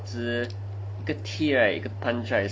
一个踢 right 一个 punch right 死掉了 ah